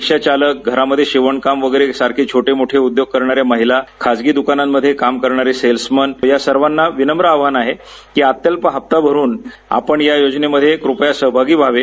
रिक्षा चालक घरामध्ये शिवणकाम सारखे छोटे मोठो उद्योग करणाऱ्या महिला खाजगी द्कांनामध्ये काम करणारे सेल्समन या सवृंना विनम्र आहवान आहे की अत्यल्प हप्ता भरुन आपण यायोजनेमध्ये कृपया सहभागी व्हावे